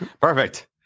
Perfect